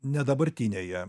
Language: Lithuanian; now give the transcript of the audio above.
ne dabartinėje